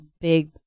big